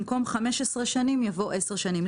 במקום 15 שנים יבוא עשר שנים.